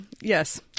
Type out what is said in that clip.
yes